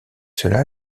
cela